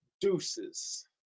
Deuces